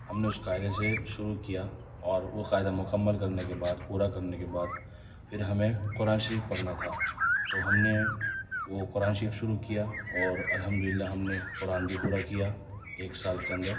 ہم نے اس قاعدے سے شروع کیا اور وہ قاعدہ مکمل کرنے کے بعد پورا کرنے کے بعد پھر ہمیں قرآن شریف پڑھنا تھا تو ہم نے وہ قرآن شریف شروع کیا اور الحمد للہ ہم نے قرآن بھی پورا کیا ایک سال کے اندر